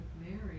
Mary